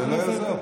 זה לא יעזור.